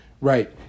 Right